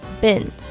Bin